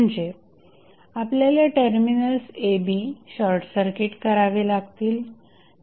म्हणजे आपल्याला terminals a b short circuit करावे लागतील